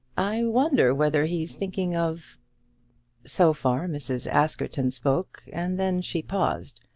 i wonder whether he's thinking of so far mrs. askerton spoke, and then she paused.